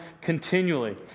continually